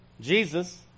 Jesus